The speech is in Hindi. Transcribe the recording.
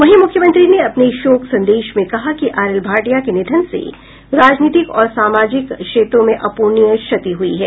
वहीं मुख्यमंत्री ने अपने शोक संदेश में कहा कि आरएल भाटिया के निधन से राजनीतिक और सामाजिक क्षेत्रों में अप्रणीय क्षति हुई है